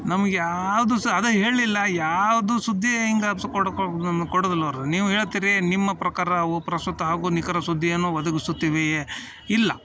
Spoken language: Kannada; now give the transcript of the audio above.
ನಮ್ಗೆ ಯಾವುದು ಸಹ ಅದು ಹೇಳಲಿಲ್ಲ ಯಾವುದು ಸುದ್ದಿಯೇ ಕೊಡೋ ಕೊಡೋದಿಲ್ಲ ಅವರು ನೀವು ಹೇಳ್ತೀರಿ ನಿಮ್ಮ ಪ್ರಕಾರ ಅವು ಪ್ರಸ್ತುತ ಹಾಗೂ ನಿಖರ ಸುದ್ದಿಯನ್ನು ಒದಗಿಸುತ್ತಿವೆಯೇ ಇಲ್ಲ